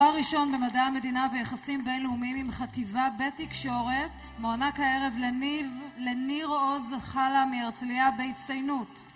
תואר ראשון במדעי המדינה ויחסים בינלאומיים עם חטיבה בתקשורת מוענק הערב לניר עוז חלה מהרצליה בהצטיינות